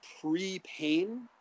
pre-pain